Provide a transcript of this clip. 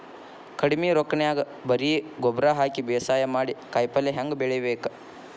ಕಡಿಮಿ ರೊಕ್ಕನ್ಯಾಗ ಬರೇ ಗೊಬ್ಬರ ಹಾಕಿ ಬೇಸಾಯ ಮಾಡಿ, ಕಾಯಿಪಲ್ಯ ಹ್ಯಾಂಗ್ ಬೆಳಿಬೇಕ್?